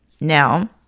Now